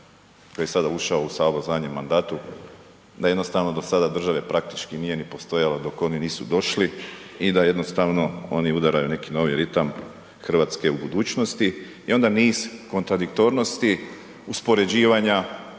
koji je sada ušao u Sabor u zadnjem mandatu, da jednostavno do sada države praktički nije ni postojalo dok oni nisu došli i da jednostavno oni udaraju neki novi ritam Hrvatske u budućnosti. I onda niz kontradiktornosti, uspoređivanja